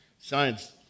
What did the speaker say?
Science